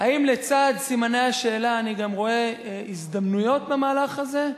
האם לצד סימני השאלה אני גם רואה הזדמנויות במהלך הזה?